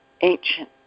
ancient